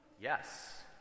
Yes